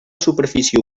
superfície